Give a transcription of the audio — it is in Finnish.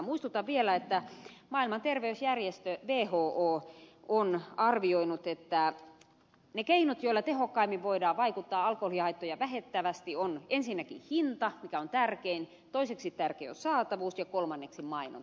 muistutan vielä että maailman terveysjärjestö who on arvioinut että ne keinot joilla tehokkaimmin voidaan vaikuttaa alkoholihaittoja vähentävästi ovat ensinnäkin hinta mikä on tärkein toiseksi tärkein on saatavuus ja kolmanneksi mainonta